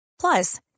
Plus